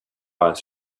eyes